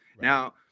Now